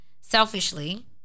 Selfishly